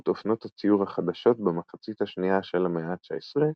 אופנות הציור החדשות במחצית השנייה של המאה ה-19,